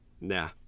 Nah